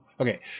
Okay